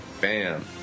Bam